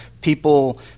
people